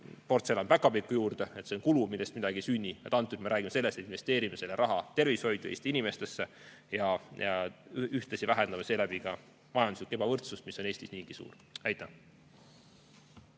portselanpäkapikku juurde ja see on kulu, millest midagi ei sünni, vaid praegu me räägime sellest, et investeerime selle raha tervishoidu, Eesti inimestesse, ja ühtlasi vähendame seeläbi majanduslikku ebavõrdsust, mis on Eestis niigi suur. Aitäh!